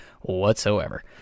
whatsoever